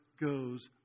goes